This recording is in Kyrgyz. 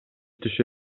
түшө